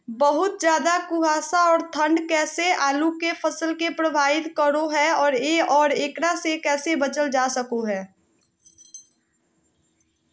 बहुत ज्यादा कुहासा और ठंड कैसे आलु के फसल के प्रभावित करो है और एकरा से कैसे बचल जा सको है?